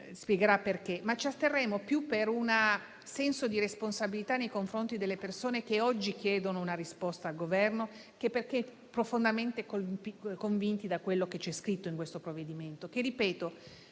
spiegherà il perché. Ci asterremo per senso di responsabilità nei confronti delle persone che oggi chiedono una risposta al Governo, e non perché profondamente convinti da quello che c'è scritto nel provvedimento in esame. Ripeto